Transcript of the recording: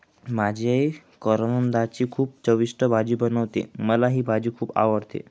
माझी आई करवंदाची खूप चविष्ट भाजी बनवते, मला ही भाजी खुप आवडते